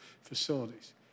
facilities